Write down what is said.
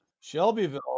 Shelbyville